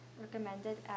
recommended